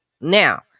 now